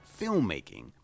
filmmaking